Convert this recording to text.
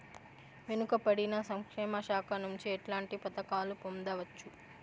వెనుక పడిన సంక్షేమ శాఖ నుంచి ఎట్లాంటి పథకాలు పొందవచ్చు?